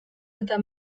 eta